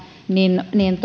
niin